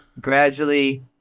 gradually